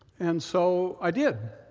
and so i did.